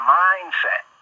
mindset